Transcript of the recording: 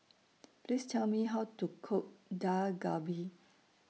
Please Tell Me How to Cook Dak Galbi